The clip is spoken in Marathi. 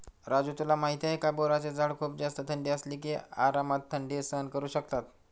राजू तुला माहिती आहे का? बोराचे झाड खूप जास्त थंडी असली तरी आरामात थंडी सहन करू शकतात